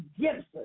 Gibson